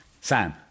Sam